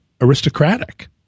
aristocratic